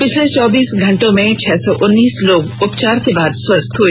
पिछले चौबीस घंटों में छह सौ उन्नीस लोग उपचार के बाद स्वस्थ हए